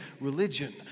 religion